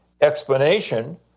explanation